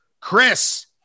Chris